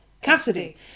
Cassidy